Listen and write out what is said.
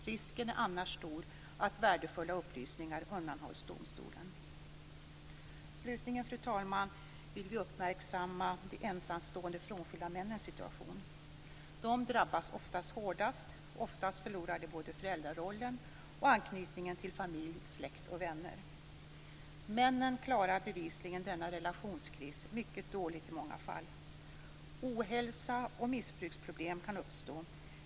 Risken är annars stor att värdefulla upplysningar undanhålls domstolen. Slutligen, fru talman, vill vi uppmärksamma de ensamstående frånskilda männens situation. De drabbas oftast hårdast och förlorar ofta både föräldrarollen och anknytningen till familj, släkt och vänner. Männen klarar bevisligen i många fall denna relationskris mycket dåligt. Ohälsa och missbruksproblem kan uppstå.